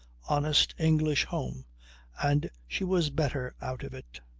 honest english home and she was better out of it.